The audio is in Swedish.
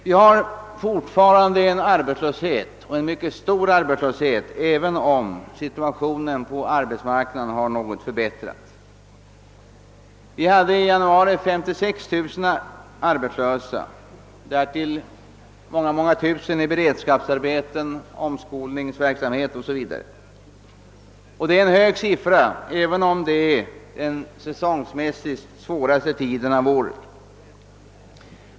Vi har alltjämt en mycket stor arbetslöshet, även om situationen på arbetsmarknaden nu har förbättrats något. I januari hade vi sålunda 56 000 arbetslösa och därtill många tusen sysselsatta i beredskapsarbeten, i omskolningsverksamhet o. s. v. Detta är en hög siffra även i betraktande av att januari säsongsmässigt är den svåraste tiden på året.